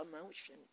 emotion